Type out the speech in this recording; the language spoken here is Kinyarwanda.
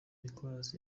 nicolas